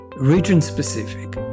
region-specific